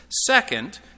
Second